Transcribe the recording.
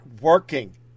working